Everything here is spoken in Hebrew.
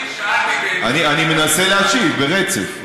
אני שאלתי, אני מנסה להשיב ברצף.